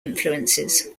influences